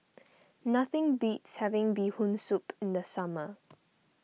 nothing beats having Bee Hoon Soup in the summer